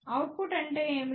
output అంటే ఏమిటి